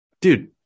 Dude